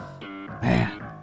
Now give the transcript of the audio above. Man